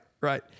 Right